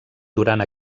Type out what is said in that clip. durant